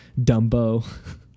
dumbo